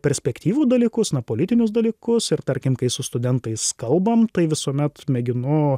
perspektyvų dalykus na politinius dalykus ir tarkim kai su studentais kalbam tai visuomet mėginu